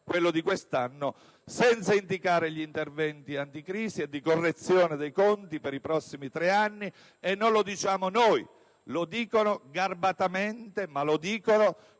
quello di quest'anno, senza indicare gli interventi anticrisi e di correzione dei conti per i prossimi tre anni. Non lo diciamo noi: lo dicono - garbatamente, ma lo dicono